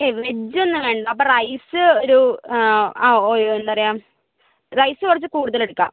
ഏ വെജ് ഒന്നും വേണ്ട അപ്പം റൈസ് ഒരു ആ ആ ഒരു എന്താ പറയുക റൈസ് കുറച്ച് കൂടുതൽ എടുക്കാം